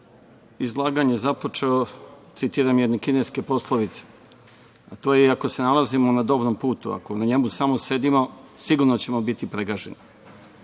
izlaganje započeo citiranjem jedne kineske poslovice, to je i „ako se nalazimo na dobro putu, ako na njemu samo sedimo sigurno ćemo biti pregaženi“.